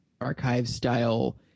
archive-style